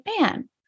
man